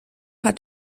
hat